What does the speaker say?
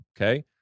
okay